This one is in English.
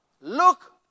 look